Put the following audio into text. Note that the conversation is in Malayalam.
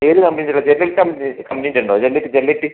ഏത് കമ്പനി ജില്ലെറ്റ് കമ്പനിയുടെ ഉണ്ടൊ ജില്ലെറ്റ് ജില്ലെറ്റ്